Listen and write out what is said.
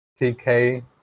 tk